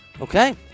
Okay